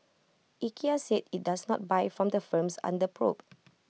Ikea said IT does not buy from the firms under probe